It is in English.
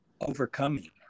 overcoming